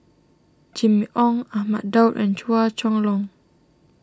Jimmy Ong Ahmad Daud and Chua Chong Long